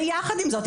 ויחד עם זאת,